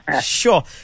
Sure